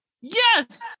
Yes